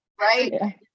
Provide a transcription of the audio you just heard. Right